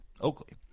Oakley